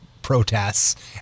protests